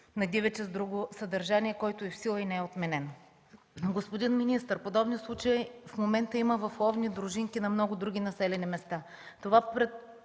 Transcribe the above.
да дивеча с друго сдружение, който е в сила и не е отменен? Господин министър, подобни случаи в момента има в ловните дружини на много други населени места. Това